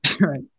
Right